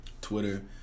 Twitter